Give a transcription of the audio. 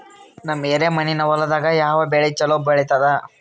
ನಮ್ಮ ಎರೆಮಣ್ಣಿನ ಹೊಲದಾಗ ಯಾವ ಬೆಳಿ ಚಲೋ ಬೆಳಿತದ?